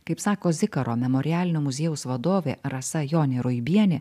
kaip sako zikaro memorialinio muziejaus vadovė rasa jonė roibienė